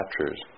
captures